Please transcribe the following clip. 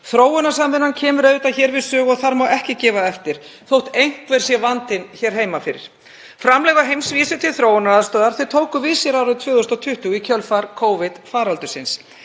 Þróunarsamvinnan kemur hér við sögu og þar má ekki gefa eftir þótt einhver sé vandinn heima fyrir. Framlög á heimsvísu til þróunaraðstoðar tóku við sér árið 2020 í kjölfar Covid-faraldursins